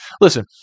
listen